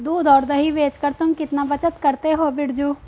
दूध और दही बेचकर तुम कितना बचत करते हो बिरजू?